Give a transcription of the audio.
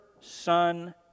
son